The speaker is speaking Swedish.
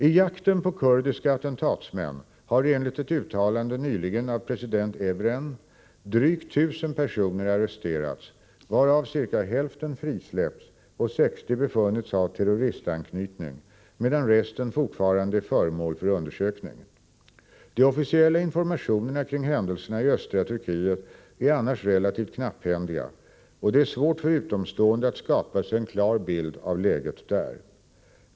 I jakten på kurdiska attentatsmän har enligt ett uttalande nyligen av president Evren drygt tusen personer arresterats, varav ca hälften frisläppts och 60 befunnits ha terroristanknytning, medan resten fortfarande är föremål för undersökning. De officiella informationerna kring händelserna i östra Turkiet är annars relativt knapphändiga, och det är svårt för utomstående att skapa sig en klar bild av läget där.